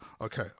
okay